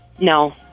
No